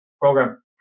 program